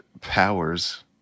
powers